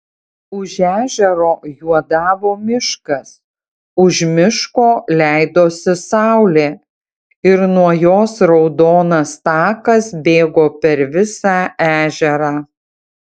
už ežero juodavo miškas už miško leidosi saulė ir nuo jos raudonas takas bėgo per visą ežerą